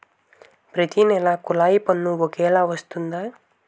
ప్రతి నెల కొల్లాయి పన్ను ఒకలాగే వస్తుందా?